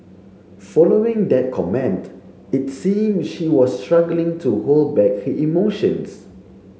following that comment it seemed she was struggling to hold back he emotions